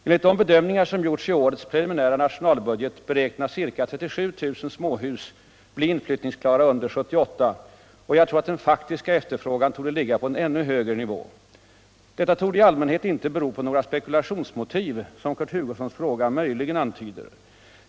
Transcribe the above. Enligt de bedömningar som gjorts i årets preliminära nationalbudget beräknas ca 37 000 småhus bli inflyttningsklara under 1978, och jag tror att den faktiska efterfrågan ligger på en ännu högre nivå. Detta torde i allmänhet inte ha att göra med några spekulationsmotiv, som Kurt Hugossons fråga möjligen antyder.